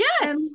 yes